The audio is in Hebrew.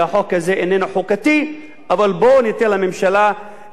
אבל בואו ניתן לממשלה לשקול שנית את הנושא הזה,